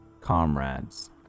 comrades